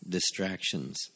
Distractions